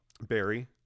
Barry